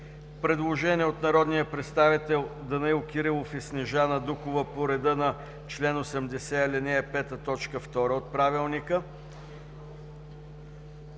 Предложение от народните представители Данаил Кирилов и Снежана Дукова по реда на чл. 80, ал. 5, т. 2 от Правилника